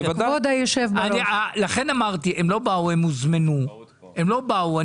לכן אמרתי, הם הוזמנו ולא באו.